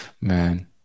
Man